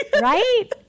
Right